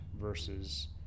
versus